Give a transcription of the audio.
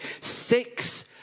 six